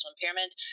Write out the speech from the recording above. impairment